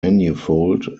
manifold